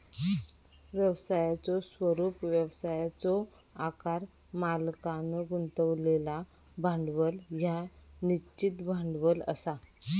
व्यवसायाचो स्वरूप, व्यवसायाचो आकार, मालकांन गुंतवलेला भांडवल ह्या निश्चित भांडवल असा